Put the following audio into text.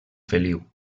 feliu